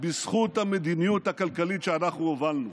בזכות המדיניות הכלכלית שאנחנו הובלנו.